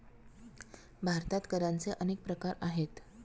भारतात करांचे अनेक प्रकार आहेत